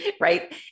Right